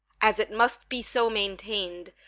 as it must be so maintain'd,